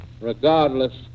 regardless